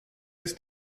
des